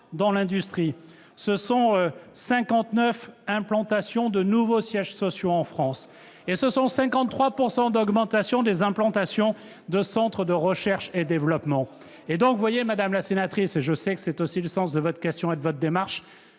dans l'industrie, 59 implantations de nouveaux sièges sociaux en France et 53 % d'augmentation des implantations de centres de recherche & développement. Madame la sénatrice, et je sais que c'est aussi le sens de votre question et de votre démarche,